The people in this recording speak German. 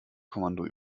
kommando